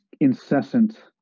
incessant